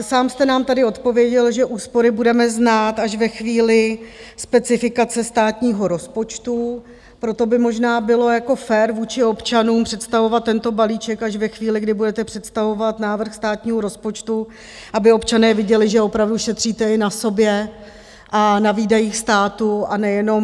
Sám jste nám tady odpověděl, že úspory budeme znát až ve chvíli specifikace státního rozpočtu, proto by možná bylo fér vůči občanům představovat tento balíček až ve chvíli, kdy budete představovat návrh státního rozpočtu, aby občané viděli, že opravdu šetříte i na sobě a na výdajích státu a nejenom...